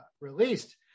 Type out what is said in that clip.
released